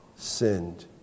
Sinned